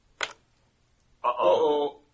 Uh-oh